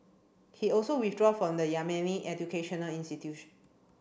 he also withdraw from the Yemeni educational institution